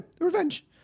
revenge